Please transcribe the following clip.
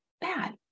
bad